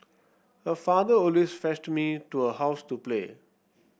her father always fetched me to her house to play